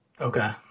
Okay